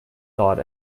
thought